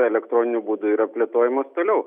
elektroniniu būdu yra plėtojamas toliau